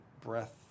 breath